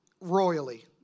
royally